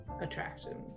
attraction